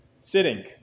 sitting